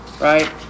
Right